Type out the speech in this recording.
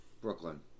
brooklyn